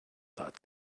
thought